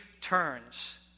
turns